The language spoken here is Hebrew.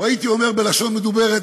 או הייתי אומר בלשון מדוברת